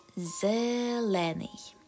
ZELENY